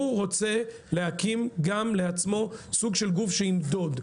רוצה להקים גם לעצמו סוג של גוף שימדוד.